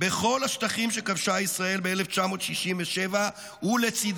בכל השטחים שכבשה ישראל ב-1967 ולצידה.